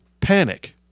panic